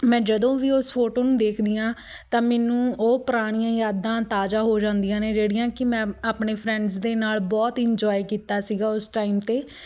ਮੈਂ ਜਦੋਂ ਵੀ ਉਸ ਫੋਟੋ ਨੂੰ ਦੇਖਦੀ ਹਾਂ ਤਾਂ ਮੈਨੂੰ ਉਹ ਪੁਰਾਣੀਆਂ ਯਾਦਾਂ ਤਾਜ਼ਾ ਹੋ ਜਾਂਦੀਆਂ ਨੇ ਜਿਹੜੀਆਂ ਕਿ ਮੈਂ ਆਪਣੇ ਫਰੈਂਡਸ ਦੇ ਨਾਲ ਬਹੁਤ ਇੰਜੋਏ ਕੀਤਾ ਸੀਗਾ ਉਸ ਟਾਈਮ 'ਤੇ